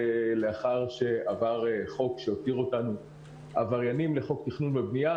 לאחר שעבר חוק שהותיר אותנו עבריינים לעניין חוק תכנון ובנייה,